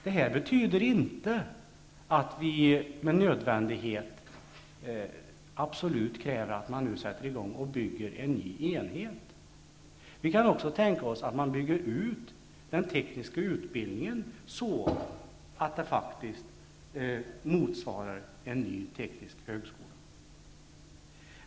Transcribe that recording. Det betyder inte att vi med nödvändighet absolut kräver att man nu sätter i gång och bygger en ny enhet. Vi kan också tänka oss att man bygger ut den tekniska utbildningen så att det faktiskt motsvarar en ny teknisk högskola.